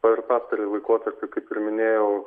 per pastarąjį laikotarpį kaip ir minėjau